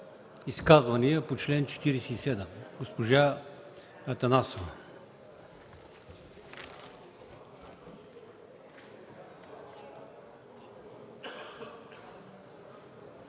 Изказвания по чл. 158? Госпожо Атанасова,